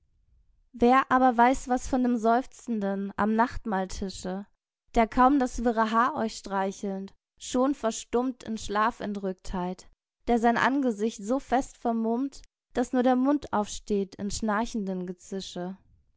wer aber weiss was von dem seufzenden am nachtmahltische der kaum das wirre haar euch streichelnd schon verstummt in schlafentrücktheit die sein angesicht so fest vernummt dass nur der mund aufsteht im schnarchenden gezische